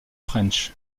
french